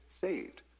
saved